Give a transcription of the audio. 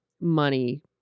money